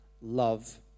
love